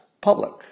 public